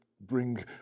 bring